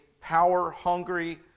power-hungry